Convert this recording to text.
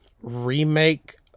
remake